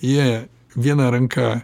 jie viena ranka